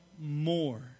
more